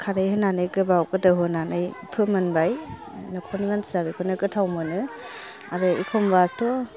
खारै होनानै गोबाव गोदौ होनानै फोमोनबाय न'खरनि मानसिफोरा बिखौनो गोथाव मोनो आरो एखमबाथ'